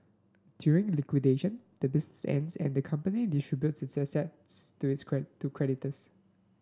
during liquidation the business ends and the company distributes its assets to to creditors